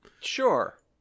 Sure